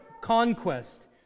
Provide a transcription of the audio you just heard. conquest